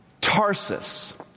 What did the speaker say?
Tarsus